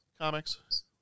comics